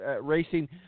Racing